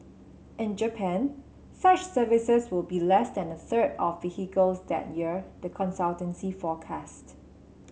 in Japan such services will be less than a third of vehicles that year the consultancy forecasts